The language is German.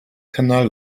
kanal